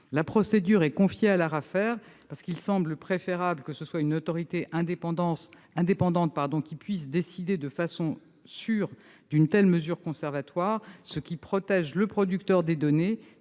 La procédure est confiée à l'Arafer, parce qu'il semble préférable que ce soit une autorité indépendante qui puisse décider de façon sûre d'une telle mesure conservatoire, ce qui protège le producteur des données